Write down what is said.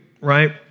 right